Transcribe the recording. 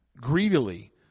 Greedily